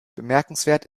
bemerkenswert